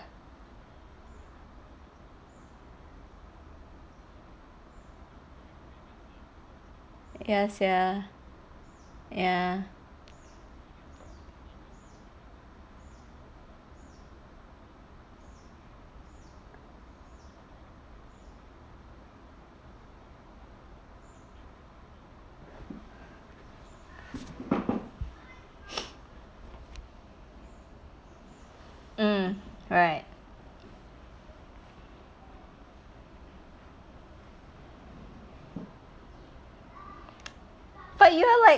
yes ya ya mm right but you are like